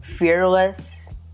Fearless